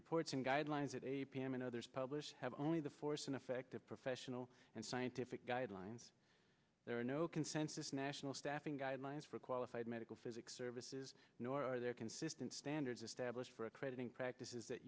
reports in guidelines that a p m and others publish have only the force and effect of professional and scientific guidelines there are no consensus national staffing guidelines for qualified medical physic services nor are there consistent standards established for accrediting practices that